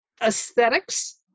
aesthetics